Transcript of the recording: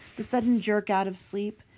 the sudden jerk out of sleep,